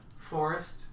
forest